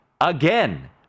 again